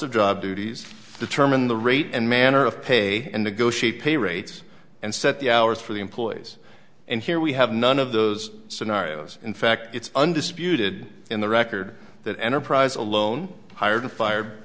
of job duties determine the rate and manner of pay and negotiate pay rates and set the hours for the employees and here we have none of those scenarios in it's undisputed in the record that enterprise alone hired and fire